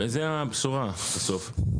וזו הבשורה בסוף.